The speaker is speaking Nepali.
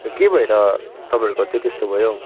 के भएर तपाईँहरूको चाहिँ त्यस्तो भयो हौ